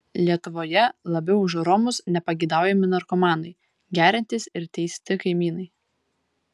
lietuvoje labiau už romus nepageidaujami narkomanai geriantys ir teisti kaimynai